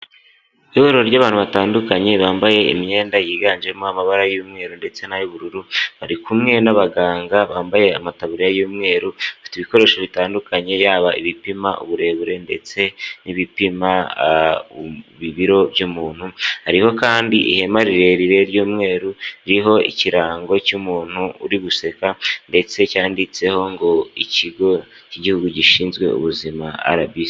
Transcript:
Ihuriro ry'abantu batandukanye bambaye imyenda yiganjemo amabara y'umweru ndetse n'ay'ubururu bari kumwe n'abaganga bambaye amataburiya y'umweru bafite ibikoresho bitandukanye yaba ibipima uburebure ndetse n'ibipima ibiro by'umuntu, hariho kandi ihema rirerire ry'umweru ririho ikirango cy'umuntu uri guseka ndetse cyanditseho ngo ikigo cy'igihugu gishinzwe ubuzima RBC.